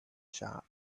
shop